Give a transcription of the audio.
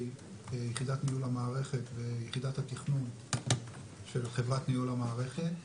יחידת ניהול המערכת ויחידת התכנון של חברת ניהול המערכת.